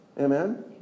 Amen